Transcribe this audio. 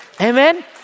Amen